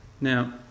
Now